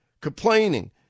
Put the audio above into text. complaining